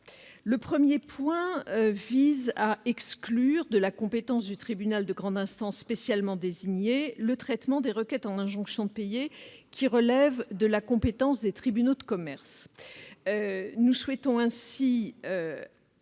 Il vise tout d'abord à exclure de la compétence du tribunal de grande instance spécialement désigné le traitement des requêtes en injonction de payer qui relèvent de la compétence des tribunaux de commerce. Nous souhaitons ainsi